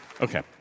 Okay